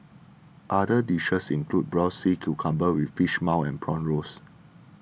other dishes include Braised Sea Cucumber with Fish Maw and Prawn Rolls